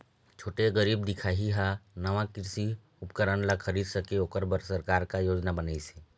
छोटे गरीब दिखाही हा नावा कृषि उपकरण ला खरीद सके ओकर बर सरकार का योजना बनाइसे?